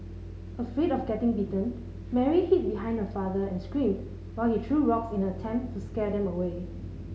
afraid of getting bitten Mary hid behind her father and screamed while he threw rocks in an attempt to scare them away